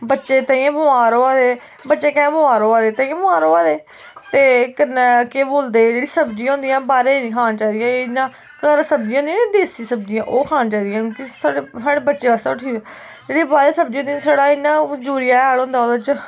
बच्चे ताइयें बमार होआ दे बच्चे कैंह् बमार होआ दे ताइयें बमार होआ दे ते कन्नै केह् बोलदे जेह्ड़ी सब्जियां होंदियां बाह्रै दियां नी खानी चाहिदियां इ'यां घर सब्जियां होंदियां नी देसी सब्जियां ओह् खानी चाहिदियां साढ़े बच्चें आस्तै बी ठीक जेह्ड़ियां बाह्रै दियां सब्जियां होंदियां छड़ा यूरिया हैल उं'दे च